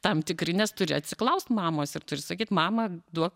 tam tikri nes turi atsiklaust mamos ir turi sakyt mama duok